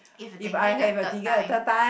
if dengue the third time